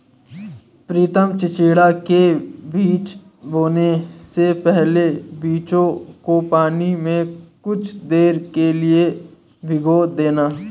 प्रितम चिचिण्डा के बीज बोने से पहले बीजों को पानी में कुछ देर के लिए भिगो देना